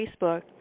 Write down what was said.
Facebook